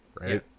Right